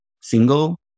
single